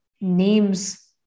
names